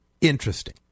interesting